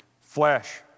flesh